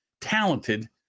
talented